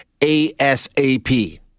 ASAP